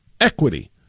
equity